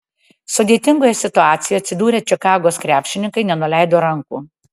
sudėtingoje situacijoje atsidūrę čikagos krepšininkai nenuleido rankų